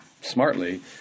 smartly